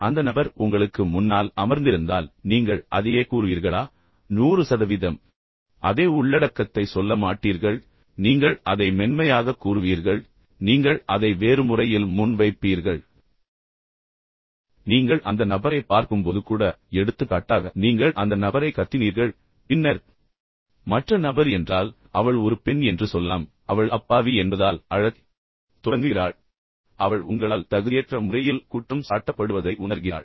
அந்த நபர் உங்களுக்கு முன்னால் அமர்ந்திருந்தால் நீங்கள் அதையே கூறுவீர்களா 100 சதவீதம் அதே உள்ளடக்கத்தை சொல்ல மாட்டீர்கள் நீங்கள் அதை மென்மையாக கூறுவீர்கள் நீங்கள் அதை வேறு முறையில் முன் வைப்பீர்கள் நீங்கள் அந்த நபரைப் பார்க்கும்போது கூட எடுத்துக்காட்டாக நீங்கள் அந்த நபரை கத்தினீர்கள் பின்னர் மற்ற நபர் என்றால் அவள் ஒரு பெண் என்று சொல்லலாம் அவள் அப்பாவி என்பதால் அழத் தொடங்குகிறாள் பின்னர் அவள் உங்களால் தகுதியற்ற முறையில் குற்றம் சாட்டப்படுவதை உணர்கிறாள்